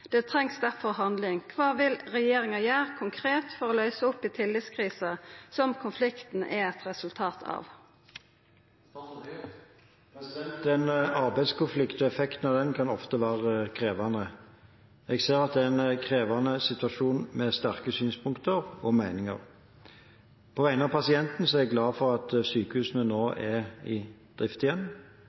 Det trengs derfor handling. Kva vil regjeringa gjere konkret for å løyse opp i tillitskrisa som konflikten er eit resultat av?» En arbeidskonflikt og effekten av den kan ofte være krevende. Jeg ser at det er en krevende situasjon med sterke synspunkter og meninger. På vegne av pasientene er jeg glad for at sykehusene nå er i drift igjen.